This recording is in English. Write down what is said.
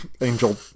Angel